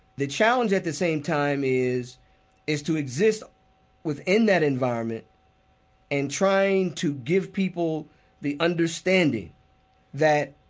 the challenge, at the same time, is is to exist within that environment and trying to give people the understanding that